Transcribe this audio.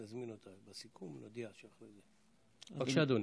בבקשה, אדוני.